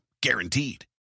guaranteed